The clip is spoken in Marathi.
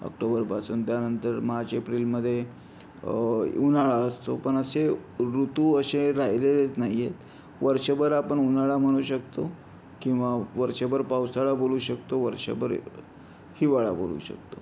ऑक्टोबरपासून त्यानंतर मार्च एप्रिलमध्ये उन्हाळा असतो पण असे ऋतू असे राहिलेलेच नाही आहेत वर्षभर आपण उन्हाळा म्हणू शकतो किंवा वर्षभर पावसाळा बोलू शकतो वर्षभर हिवाळा बोलू शकतो